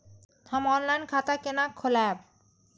हम ऑनलाइन खाता केना खोलैब?